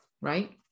right